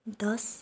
दस